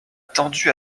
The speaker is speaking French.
tendu